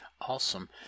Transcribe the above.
Awesome